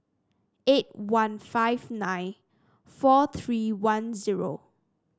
eight one five nine four three one zero